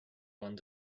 one